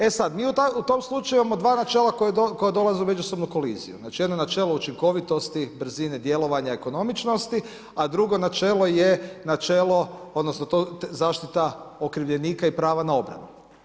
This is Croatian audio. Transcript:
E sada mi u tom slučaju imamo dva načela koja dolaze u međusobnu koliziju, znači načelo učinkovitosti, brzine djelovanja, ekonomičnosti, a drugo načelo je načelo odnosno zaštita okrivljenika i pravo na obranu.